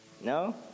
No